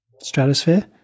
Stratosphere